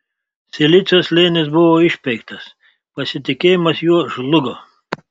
silicio slėnis buvo išpeiktas pasitikėjimas juo žlugo